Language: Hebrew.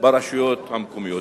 ברשויות המקומיות.